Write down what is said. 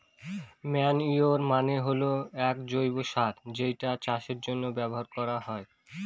manure মানে হল এক জৈব সার যেটা চাষের জন্য ব্যবহার করা হয়